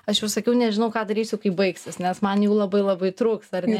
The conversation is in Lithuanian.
aš jau sakiau nežinau ką darysiu kai baigsis nes man jų labai labai trūks ar ne